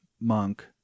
monk